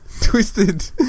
twisted